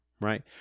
right